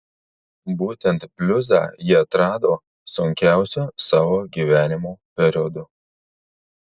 būtent bliuzą ji atrado sunkiausiu savo gyvenimo periodu